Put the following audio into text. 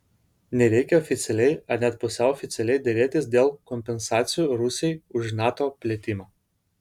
nereikia oficialiai ar net pusiau oficialiai derėtis dėl kompensacijų rusijai už nato plėtimą